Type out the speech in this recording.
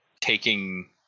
taking